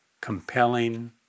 compelling